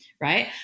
Right